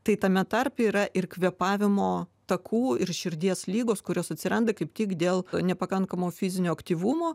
tai tame tarpe yra ir kvėpavimo takų ir širdies ligos kurios atsiranda kaip tik dėl nepakankamo fizinio aktyvumo